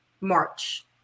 March